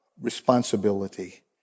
responsibility